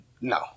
No